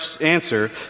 answer